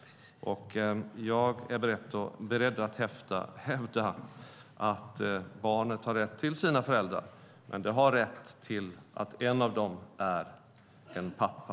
Jag är beredd att hävda att barnet har rätt till sina föräldrar och att en av dem är en pappa.